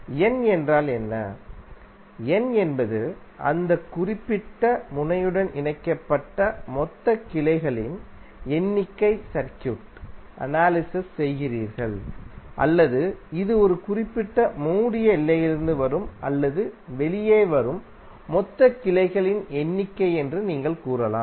N என்றால் என்ன N என்பது அந்த குறிப்பிட்ட முனையுடன் இணைக்கப்பட்ட மொத்த கிளைகளின் எண்ணிக்கை சர்க்யூட் அனாலிசிஸ் செய்கிறீர்கள் அல்லது இது ஒரு குறிப்பிட்ட மூடிய எல்லையிலிருந்து வரும் அல்லது வெளியே வரும் மொத்த கிளைகளின் எண்ணிக்கை என்று நீங்கள் கூறலாம்